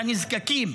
לנזקקים,